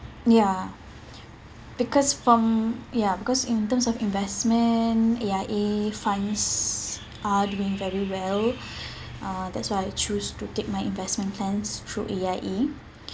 ya because from ya because in terms of investment A_I_A funds are doing very well uh that's why I choose to take my investment plans through A_I_A